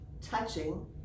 touching